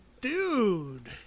Dude